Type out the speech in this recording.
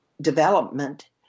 development